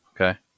Okay